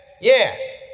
yes